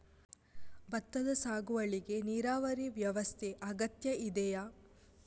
ಭತ್ತದ ಸಾಗುವಳಿಗೆ ನೀರಾವರಿ ವ್ಯವಸ್ಥೆ ಅಗತ್ಯ ಇದೆಯಾ?